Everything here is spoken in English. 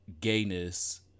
gayness